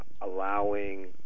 allowing